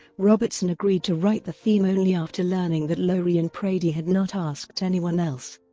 robertson agreed to write the theme only after learning that lorre and prady had not asked anyone else.